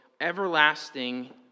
everlasting